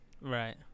right